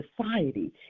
society